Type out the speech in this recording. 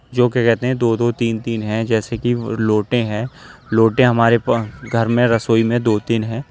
جو کہ کہتے ہیں دو دو تین تین ہیں جیسے کہ لوٹیں ہیں لوٹیں ہمارے گھر میں رسوئی میں دو تین ہیں